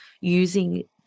using